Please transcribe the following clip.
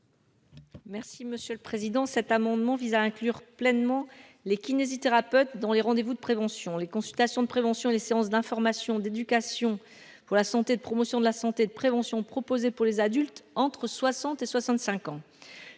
Merci Monsieur le Président, cet amendement vise à inclure pleinement les kinésithérapeutes dont les rendez-vous de prévention, les consultations de prévention des séances d'information, d'éducation pour la santé de promotion de la santé de prévention proposées pour les adultes, entre 60 et 65 ans